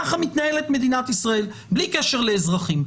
ככה מתנהלת מדינת ישראל, בלי קשר לאזרחים.